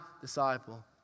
disciple